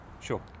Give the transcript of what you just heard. Sure